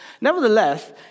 Nevertheless